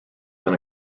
than